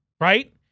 right